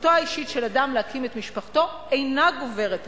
וזכותו האישית של אדם להקים את משפחתו אינה גוברת עליה.